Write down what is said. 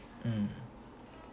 mm